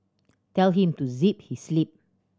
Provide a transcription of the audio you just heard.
tell him to zip his lip